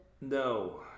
No